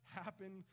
happen